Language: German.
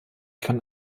von